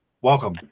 welcome